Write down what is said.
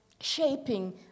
shaping